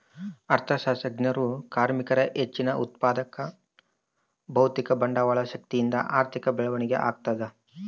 ಅರ್ಥಶಾಸ್ತ್ರಜ್ಞರು ಕಾರ್ಮಿಕರ ಹೆಚ್ಚಿದ ಉತ್ಪಾದಕತೆ ಭೌತಿಕ ಬಂಡವಾಳ ಶಕ್ತಿಯಿಂದ ಆರ್ಥಿಕ ಬೆಳವಣಿಗೆ ಆಗ್ತದ